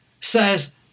says